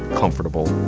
comfortable,